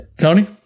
Tony